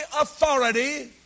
authority